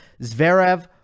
Zverev